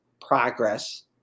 progress